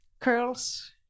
curls